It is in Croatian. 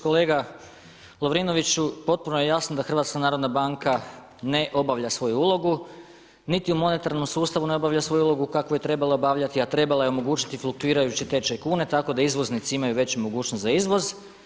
Kolega Lovrinoviću, potpuno je jasno da Hrvatska narodna banka ne obavlja svoju ulogu, niti u monetarnom sustavu ne obavlja svoju ulogu kakvu je trebala obavljati, a trebala je omogućiti fluktuirajući tečaj kune tako da izvoznici imaju veće mogućnosti za izvoz.